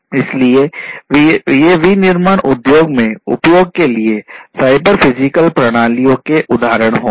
इसलिए ये विनिर्माण उद्योग में उपयोग के लिए साइबर फिजिकल प्रणालियों के उदाहरण होंगे